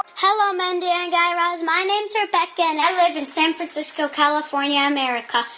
hello, mindy and guy raz. my name's rebecca, and i live in san francisco, calif, ah and america.